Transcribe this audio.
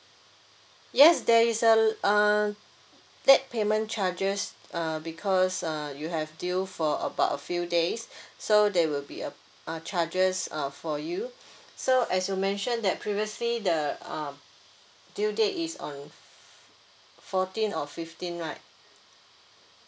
yes there is uh uh late payment charges uh because uh you have due for about a few days so there will be a uh charges uh for you so as you mention that previously the uh due date is on fourteen or fifteen right